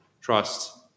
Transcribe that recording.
Trust